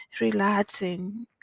relaxing